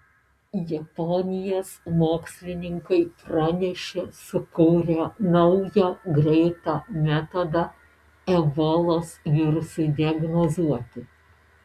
japonijos mokslininkai pranešė sukūrę naują greitą metodą ebolos virusui diagnozuoti